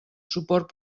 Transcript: suport